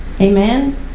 Amen